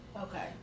Okay